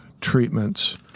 treatments